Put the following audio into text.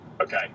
Okay